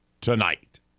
tonight